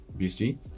BC